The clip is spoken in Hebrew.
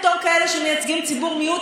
בתור כאלה שמייצגים ציבור מיעוט,